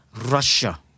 Russia